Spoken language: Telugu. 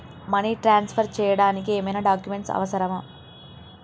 మనీ ట్రాన్స్ఫర్ చేయడానికి ఏమైనా డాక్యుమెంట్స్ అవసరమా?